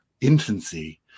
infancy